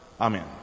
Amen